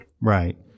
Right